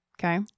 Okay